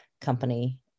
company